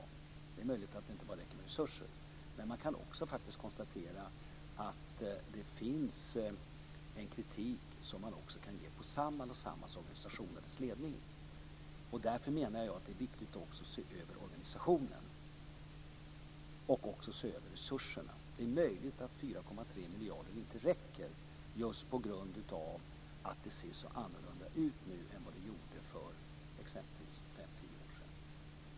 Det är möjligt att det inte räcker med bara resurser, men man kan faktiskt konstatera att det också finns en kritik att rikta mot Samhall och Samhalls organisation och ledning. Därför menar jag att det är viktigt att också se över organisationen, förutom att man ser över resurserna. Det är möjligt att 4,3 miljarder inte räcker, just på grund av att det nu ser så annorlunda ut än vad det gjorde för exempelvis fem-tio år sedan.